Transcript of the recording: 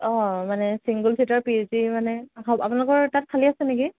অঁ মানে চিংগল চিটৰ পি জি মানে হয় আপোনালোকৰ তাত খালী আছে নেকি